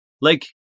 like-